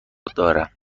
دارم